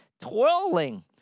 twirling